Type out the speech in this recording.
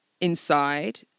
inside